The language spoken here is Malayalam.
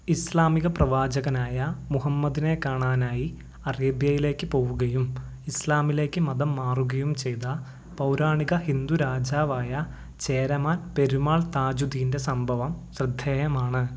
ഇസ്ലാമിക പ്രവാചകനായ മുഹമ്മദിനെ കാണാനായി അറേബ്യയിലേക്ക് പോവുകയും ഇസ്ലാമിലേക്ക് മതം മാറുകയും ചെയ്ത പൗരാണിക ഹിന്ദു രാജാവായ ചേരമാൻ പെരുമാൾ താജുദ്ദീന്റെ സംഭവം ശ്രദ്ധേയമാണ്